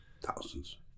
thousands